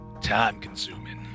time-consuming